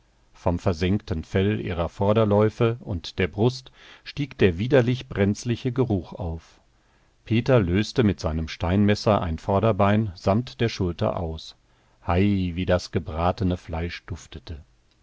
vom versengten fell ihrer vorderläufe und der brust stieg der widerlich brenzliche geruch auf peter löste mit seinem steinmesser ein vorderbein samt der schulter aus hei wie das gebratene fleisch duftete